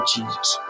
Jesus